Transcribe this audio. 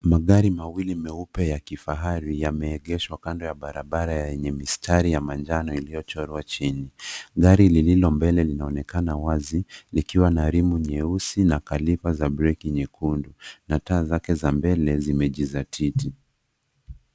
Magari mawili meupe ya kifahari yameegeshwa kando ya barabara yenye mistari ya manjano iliyochorwa chini. Gari lililo mbele linaonekana wazi, likiwa na rimu nyeusi na kalipa za breki nyekundu, na taa zake za mbele zimejizatiti.